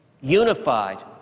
unified